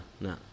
no